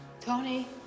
Tony